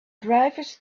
drivers